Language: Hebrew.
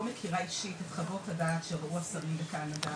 לא מכירה אישית את חוות הדעת ומה שיעור הסמים מקנדה.